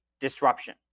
disruption